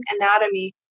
anatomy